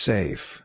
Safe